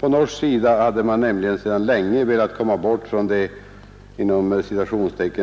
På norsk sida hade man nämligen sedan länge velat komma bort från det